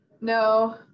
No